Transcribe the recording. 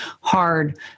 hard